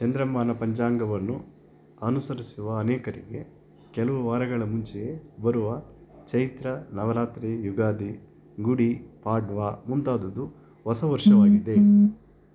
ಚಾಂದ್ರಮಾನ ಪಂಚಾಂಗವನ್ನು ಅನುಸರಿಸುವ ಅನೇಕರಿಗೆ ಕೆಲವು ವಾರಗಳ ಮುಂಚೆಯೇ ಬರುವ ಚೈತ್ರ ನವರಾತ್ರಿ ಯುಗಾದಿ ಗುಡಿ ಪಾಡ್ವಾ ಮುಂತಾದುದು ಹೊಸ ವರ್ಷವಾಗಿದೆ